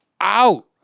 out